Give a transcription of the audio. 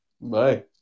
bye